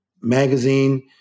magazine